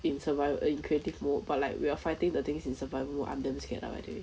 in survival in creative mode but like we are fighting the things in survival mode I am damn scared ah